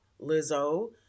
Lizzo